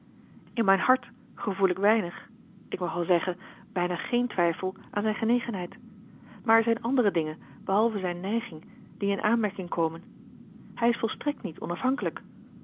in mijn hart gevoel ik weinig ik mag wel zeggen bijna géén twijfel aan zijn genegenheid maar er zijn andere dingen behalve zijn neiging die in aanmerking komen hij is volstrekt niet onafhankelijk